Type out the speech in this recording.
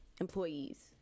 employees